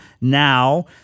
now